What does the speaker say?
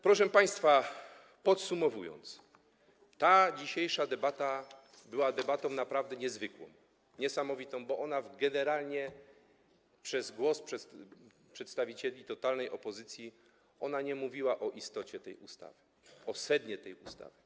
Proszę państwa, podsumowując: ta dzisiejsza debata była debatą naprawdę niezwykłą, niesamowitą, bo generalnie - przez głosy przedstawicieli totalnej opozycji - nie mówiła o istocie tej ustawy, o sednie tej ustawy.